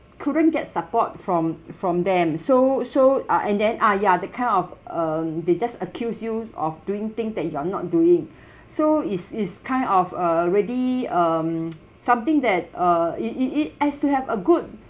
couldn't get support from from them so so uh and then ah ya that kind of um they just accuse you of doing things that you are not doing so it's it's kind of a really um something that uh it it it as to have a good